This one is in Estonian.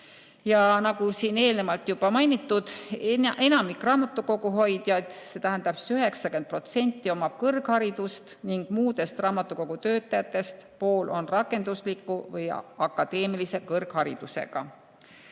Ja nagu siin eelnevalt juba mainitud, enamik raamatukoguhoidjaid ehk 90% omab kõrgharidust ning muudest raamatukogutöötajatest pool on rakendusliku või akadeemilise kõrgharidusega. Ja